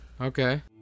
Okay